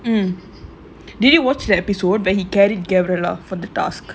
mmhmm did you watch that episode where he carried gabriella for the task